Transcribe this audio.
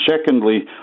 secondly